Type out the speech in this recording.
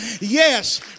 Yes